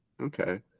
Okay